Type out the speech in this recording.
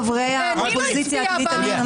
חברי האופוזיציה העתידית,